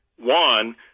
One